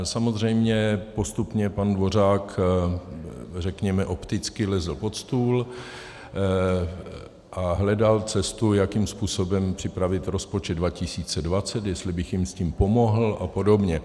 Samozřejmě postupně pan Dvořák řekněme opticky lezl pod stůl a hledal cestu, jakým způsobem připravit rozpočet 2020, jestli bych jim s tím pomohl a podobně.